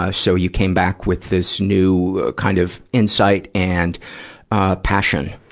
ah so you came back with this new kind of insight and passion?